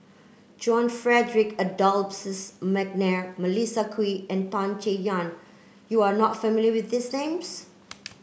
John Frederick Adolphus McNair Melissa Kwee and Tan Chay Yan you are not familiar with these names